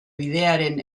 bidearen